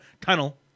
tunnel